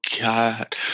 god